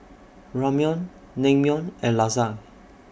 Ramyeon Naengmyeon and Lasagne